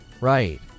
Right